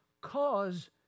cause